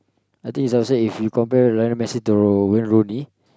I think it's also if you compare Ryan Messi to Wayne Roonie